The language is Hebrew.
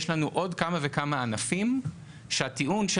יש לנו עוד כמה וכמה ענפים שהטיעון של